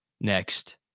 next